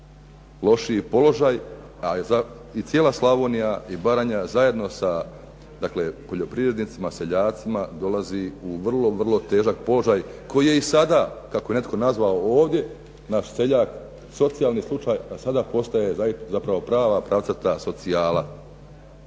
lošiji položaj, i cijela Slavonija i Baranja, zajedno sa dakle poljoprivrednicima, seljacima dolazi u vrlo, vrlo težak položaj koji je i sada kako je netko nazvao ovdje naš seljak socijalni slučaj, a sada postaje zapravo prava pravcata socijala.